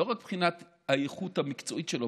לא רק מבחינת האיכות המקצועית שלו,